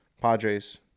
Padres